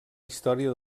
història